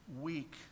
weak